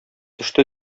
төште